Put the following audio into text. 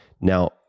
Now